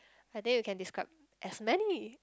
I think you can describe as many